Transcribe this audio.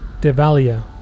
Devalia